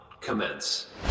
commence